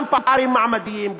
גם פערים מעמדיים,